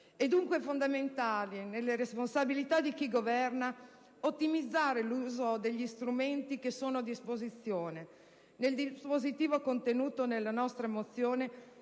È dunque fondamentale nelle responsabilità di chi governa ottimizzare l'uso degli strumenti a disposizione. Nel dispositivo contenuto nella nostra mozione